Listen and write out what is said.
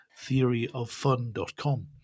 TheoryOfFun.com